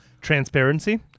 Transparency